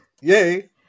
yay